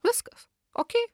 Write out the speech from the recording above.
viskas okei